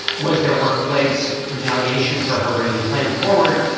was there workplace retaliation for her bringing the claim forward?